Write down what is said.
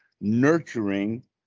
nurturing